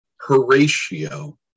Horatio